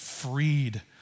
Freed